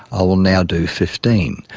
i will now do fifteen.